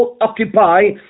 occupy